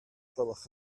gwelwch